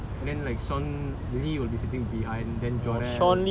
and then like shaun lee will be sitting behind then jorell